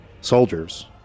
soldiers